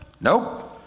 Nope